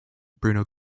bruno